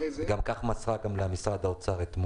וכך היא גם מסרה למשרד האוצר אתמול.